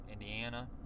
indiana